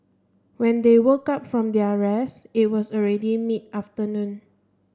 when they woke up from their rest it was already mid afternoon